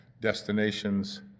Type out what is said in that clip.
destinations